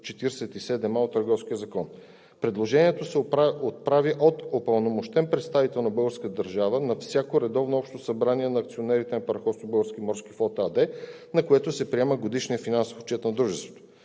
247а от Търговския закон. Предложението се отправя от упълномощен представител на българската държава на всяко редовно Общо събрание на акционерите на Параходство „Български морски флот“ АД, на което се приема Годишният финансов отчет на дружеството.